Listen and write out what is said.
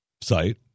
site